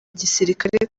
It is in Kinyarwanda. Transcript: igisirikare